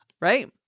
Right